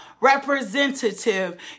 representative